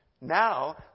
Now